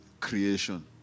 creation